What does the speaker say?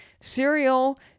cereal